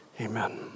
amen